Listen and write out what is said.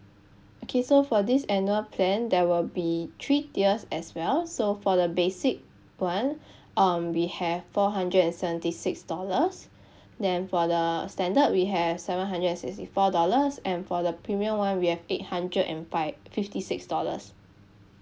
okay so for this annual plan there will be three tiers as well so for the basic one um we have four hundred and seventy six dollars then for the standard we have seven hundred sixty four dollars and for the premium one we have eight hundred and five fifty six dollars